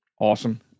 Awesome